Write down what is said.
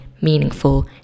meaningful